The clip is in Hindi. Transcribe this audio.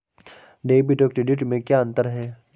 डेबिट और क्रेडिट में क्या अंतर है?